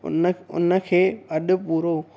उन उनखे अॼु पूरो